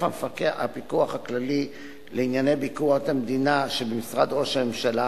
הפיקוח הכללי לענייני ביקורת המדינה שבמשרד ראש הממשלה